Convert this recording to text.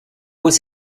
was